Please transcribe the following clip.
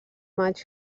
maig